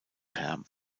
perm